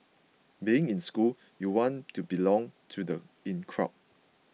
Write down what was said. being in school you want to belong to the in crowd